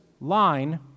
line